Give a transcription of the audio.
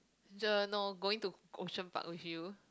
uh no going to Ocean-Park with you